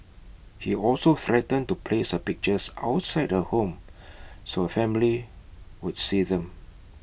he also threatened to place her pictures outside her home so her family would see them